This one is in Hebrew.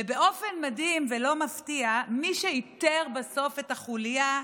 באופן מדהים ולא מפתיע, מי שאיתר בסוף את החוליה,